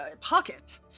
pocket